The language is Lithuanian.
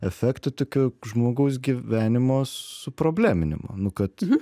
efektų tokių žmogaus gyvenimo suprobleminimo nu kad